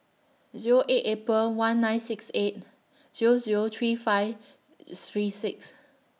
Zero eight April one nine six eight Zero Zero three five three six